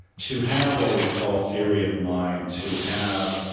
to have what we call theory of mind, to have